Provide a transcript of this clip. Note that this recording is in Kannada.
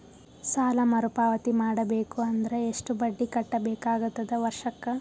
ಸಾಲಾ ಮರು ಪಾವತಿ ಮಾಡಬೇಕು ಅಂದ್ರ ಎಷ್ಟ ಬಡ್ಡಿ ಕಟ್ಟಬೇಕಾಗತದ ವರ್ಷಕ್ಕ?